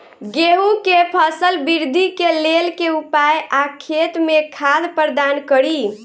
गेंहूँ केँ फसल वृद्धि केँ लेल केँ उपाय आ खेत मे खाद प्रदान कड़ी?